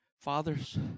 Fathers